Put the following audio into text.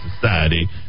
society